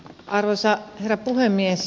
arvoisa herra puhemies